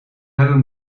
hebben